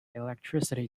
electricity